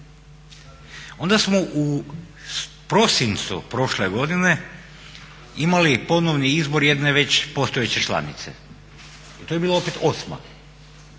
Onda smo u prosincu prošle godine imali ponovni izbor jedne već postojeće članice. To je bila opet osma.